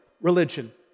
religion